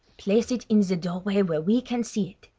place it in the doorway where we can see it.